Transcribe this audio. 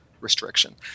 restriction